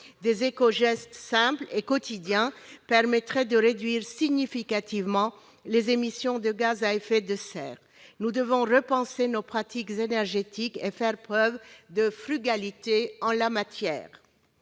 Des écogestes simples et quotidiens permettraient de réduire significativement les émissions de gaz à effet de serre. Nous devons repenser nos pratiques énergétiques et faire preuve de frugalité en la matière.